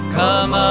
come